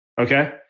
okay